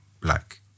black